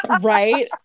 Right